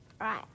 right